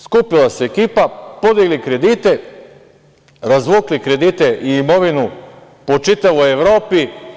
Skupila se ekipa, podigli kredite, razvukli kredite i imovinu po čitavoj Evropi…